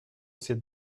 ces